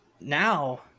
now